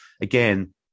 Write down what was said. Again